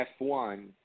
F1